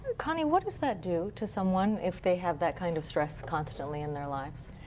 kind of what does that do to someone if they have that kind of stress constantly in their life?